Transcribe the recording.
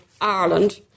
Ireland